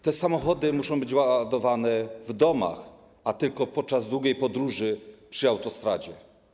Te samochody muszą być ładowane w domach, a tylko podczas długiej podróży - przy autostradzie.